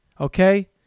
Okay